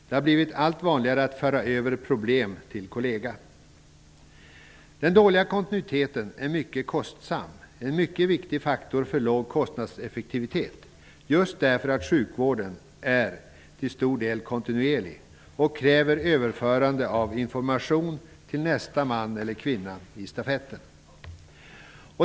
Det har blivit allt vanligare att föra över problem till en kollega. Den dåliga kontinuiteten är mycket kostsam och en mycket viktig faktor för låg kostnadseffektivitet just därför att sjukvården till stor del är kontinuerlig. Den kräver överförande av information till nästa man eller kvinna i stafetten.